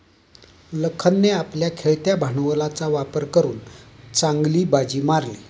लखनने आपल्या खेळत्या भांडवलाचा वापर करून चांगली बाजी मारली